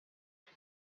same